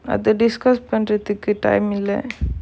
அது:athu discuss பண்றதுக்கு:pandrathukku time இல்ல:illa